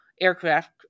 aircraft